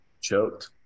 choked